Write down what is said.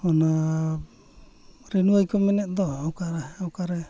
ᱚᱱᱟ ᱠᱚ ᱢᱮᱱᱮᱫ ᱫᱚ ᱚᱠᱟᱨᱮ ᱚᱠᱟᱨᱮ